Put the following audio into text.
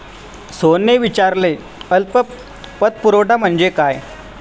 सोहनने विचारले अल्प पतपुरवठा म्हणजे काय?